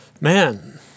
Man